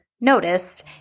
noticed